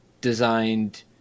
designed